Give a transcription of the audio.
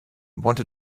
wanted